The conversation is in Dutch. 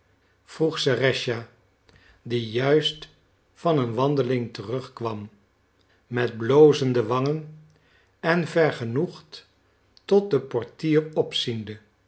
vroeg serëscha die juist van een wandeling terug kwam met blozende wangen en vergenoegd tot den portier